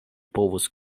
povus